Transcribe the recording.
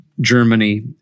Germany